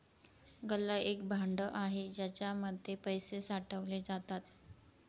गल्ला एक भांड आहे ज्याच्या मध्ये पैसे साठवले जातात